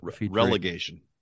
relegation